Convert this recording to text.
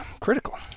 critical